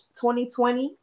2020